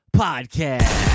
podcast